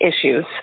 issues